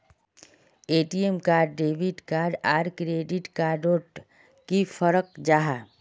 ATM card debit card आर credit card डोट की फरक जाहा?